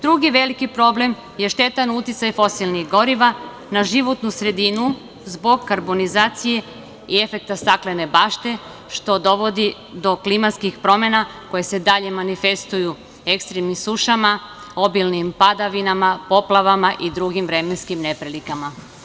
Drugi veliki problem je štetan uticaj fosilnih goriva na životnu sredinu zbog karbonizacije i efekta staklene bašte, što dovodi do klimatskih promena koje se dalje manifestuju ekstremnim sušama, obilnim padavinama, poplavama i drugim vremenskim neprilikama.